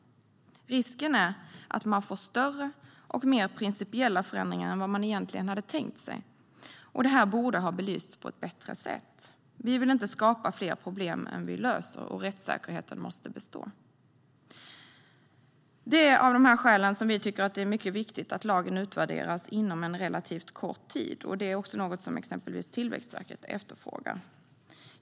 Risken är att man får större och mer principiella förändringar än vad man egentligen hade tänkt sig. Det här borde ha belysts på ett bättre sätt. Vi vill inte skapa fler problem än vi löser, och rättssäkerheten måste bestå. Det är av dessa skäl som vi tycker att det är mycket viktigt att lagen utvärderas inom en relativt kort tid. Det är också någonting som exempelvis Tillväxtverket efterfrågar.